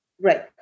Right